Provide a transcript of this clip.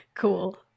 Cool